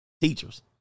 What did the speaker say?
Teachers